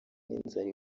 n’inzara